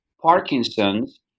Parkinson's